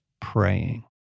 praying